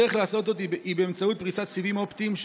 הדרך לעשות זאת היא באמצעות פריסת סיבים אופטיים,